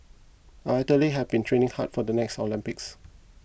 our athletes have been training hard for the next Olympics